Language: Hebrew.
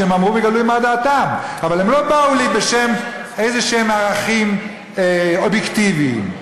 כשהם אמרו בגלוי מה דעתם והם לא באו לי בשם ערכים אובייקטיביים כלשהם.